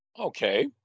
Okay